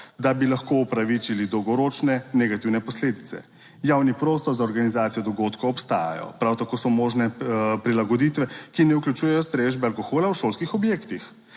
da bi lahko upravičili dolgoročne negativne posledice. Javni prostor za organizacijo dogodkov obstajajo, prav tako so možne prilagoditve, ki ne vključujejo strežbe alkohola v šolskih objektih.